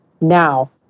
now